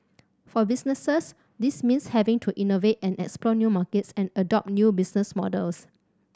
for businesses this means having to innovate and explore new markets and adopt new business models